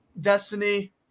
Destiny